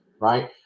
Right